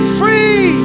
free